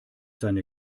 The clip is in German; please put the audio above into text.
seine